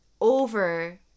over